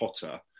Potter